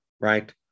right